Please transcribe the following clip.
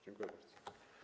Dziękuję bardzo.